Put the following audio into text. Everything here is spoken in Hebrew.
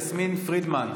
חברת הכנסת יסמין פרידמן.